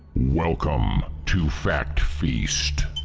welcome to fact feast.